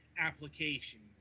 applications